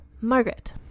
Margaret